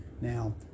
now